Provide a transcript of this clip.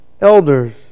elders